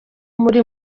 muri